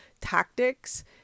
tactics